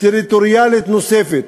טריטוריאלית נוספת,